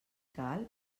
cal